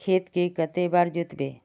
खेत के कते बार जोतबे?